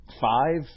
five